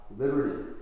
liberty